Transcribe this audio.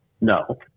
No